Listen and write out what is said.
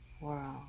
world